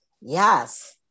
Yes